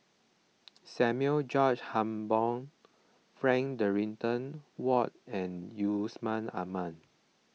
Samuel George Hambon Frank Dorrington Ward and Yusman Aman